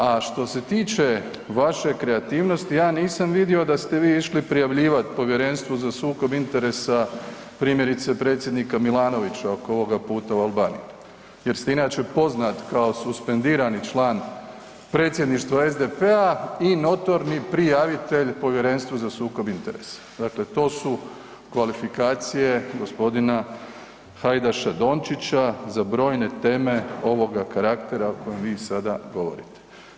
A što se tiče vaše kreativnosti, ja nisam vidio da ste vi išli prijavljivati Povjerenstvu za sukob interesa primjerice predsjednika Milanovića oko ovog puta u Albaniju jer ste inače poznat kao suspendirani član predsjedništva SDP-a i notorni prijavitelj Povjerenstvu za sukob interesa, dakle to su kvalifikacije gospodina Hajdaša Dončića za brojne teme ovoga karaktera o kojem vi sada govorite.